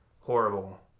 horrible